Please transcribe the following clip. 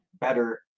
better